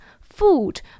food